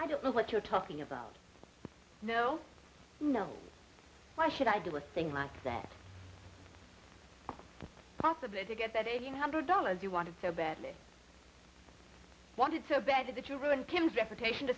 i don't know what you're talking about no no it's why should i do a thing like that possibly to get that eighteen hundred dollars you wanted so badly i wanted so bad to the children kim's reputation to